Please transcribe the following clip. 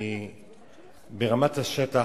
ברמת השטח,